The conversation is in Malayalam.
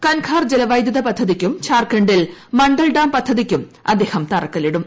കൻഖാർ ജലവൈദ്യുത പദ്ധതിയ്ക്കും ജാർഖണ്ഡിൽ മണ്ഡൽഡാം പദ്ധതിയ്ക്കും അദ്ദേഹം തറക്കല്ലിടും